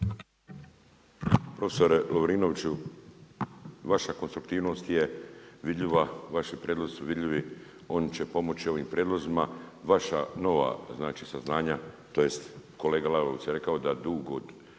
Profesore Lovrinoviću, vaša konstruktivnost je vidljiva, vaši prijedlozi su vidljivi, oni će pomoći ovim prijedlozima, vaša nova, znači saznanja, tj., kolega Lalovac je rekao da dug od